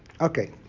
Okay